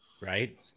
Right